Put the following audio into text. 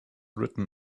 written